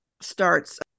starts